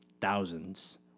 thousands